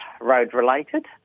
road-related